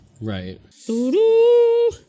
Right